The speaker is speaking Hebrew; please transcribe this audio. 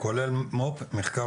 כולל מו"פ, מחקר